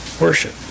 worship